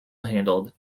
handled